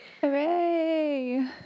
Hooray